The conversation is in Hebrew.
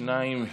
שניים בעד.